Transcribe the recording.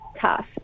tough